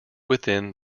within